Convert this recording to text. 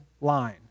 line